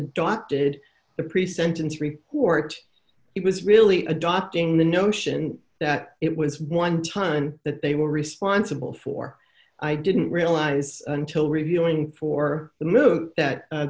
adopted the present and report it was really adopting the notion that it was one time that they were responsible for i didn't realize until reviewing for the route that